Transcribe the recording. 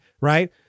right